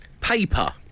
Paper